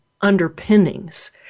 underpinnings